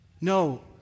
No